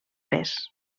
pes